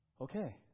Okay